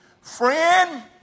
Friend